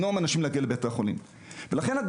לכן,